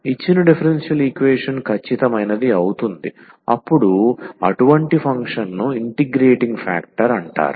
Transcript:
ఇచ్చిన differential equation ఖచ్చితమైనది అవుతుంది అప్పుడు అటువంటి ఫంక్షన్ను ఇంటిగ్రేటింగ్ ఫ్యాక్టర్ అంటారు